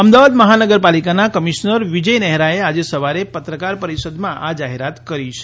અમદાવાદ મહાનગરપાલિકાના કમિશ્નર વિજય નહેરાએ આજે સવારે પત્રકાર પરિષદમાં આ જાહેરાત કરી છે